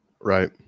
Right